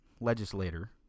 legislator